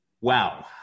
wow